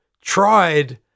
tried